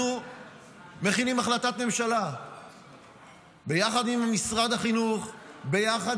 אנחנו מכינים החלטת ממשלה יחד עם משרד החינוך ויחד